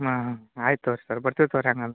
ಹಾಂ ಹಾಂ ಆಯ್ತು ತೊಗೊರಿ ಸರ್ ಬರ್ತೀವಿ ತೊಗೊರಿ ಹಂಗಂದು